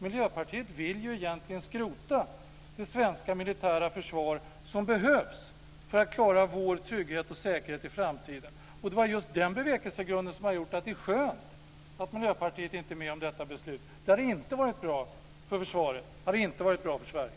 Miljöpartiet vill egentligen skrota det svenska militära försvar som behövs för att vi ska klara vår trygghet och säkerhet i framtiden. Det är just den bevekelsegrunden som gör att det är skönt att Miljöpartiet inte är med om detta beslut. Det hade inte varit bra för försvaret. Det hade inte varit bra för Sverige.